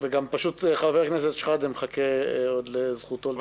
גם חבר הכנסת שחאדה מחכה לזכותו לדבר.